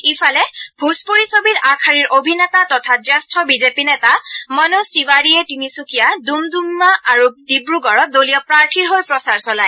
ইফালে ভোজপুৰি ছবিৰ আগশাৰীৰ অভিনেতা তথা জ্যেষ্ঠ বিজেপি নেতা মনোজ তিৱাৰীয়ে তিনিচুকীয়া ডুমডুমা আৰু ডিব্ৰুগড়ত দলীয় প্ৰাৰ্থীৰ হৈ প্ৰচাৰ চলায়